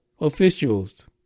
officials